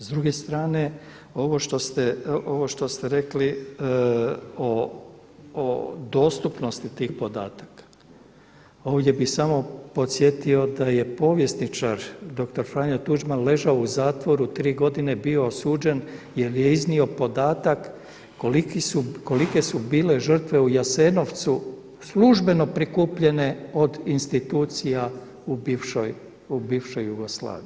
S druge strane, ovo što ste rekli o dostupnosti tih podataka, ovdje bih samo podsjetio da je povjesničar dr. Franjo Tuđman ležao u zatvoru, tri godine bio osuđen jer je iznio podatak kolike su bile žrtve u Jasenovcu službeno prikupljene od institucija u bivšoj Jugoslaviji.